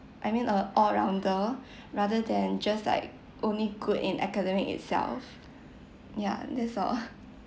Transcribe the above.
I mean a all rounder rather than just like only good in academic itself ya that's all